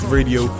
Radio